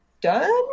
done